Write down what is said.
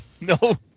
no